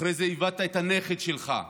אחרי זה איבדת את הנכד שלך,